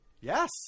Yes